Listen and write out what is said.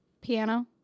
Piano